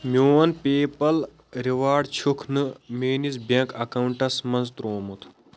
میٛون پےٚ پال ریوارڑ چھُکھ نہٕ میٛٲنِس بینٛک اکاوُنٹَس منٛز ترٛوومُت